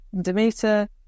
Demeter